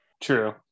true